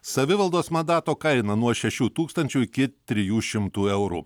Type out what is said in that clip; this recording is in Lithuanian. savivaldos mandato kaina nuo šešių tūkstančių iki trijų šimtų eurų